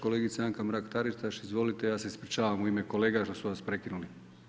Kolegica Anka Mrak-Taritaš, izvolite, ja se ispričavam u ime kolega što su vas prekinuli.